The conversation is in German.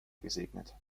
gesegnet